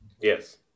Yes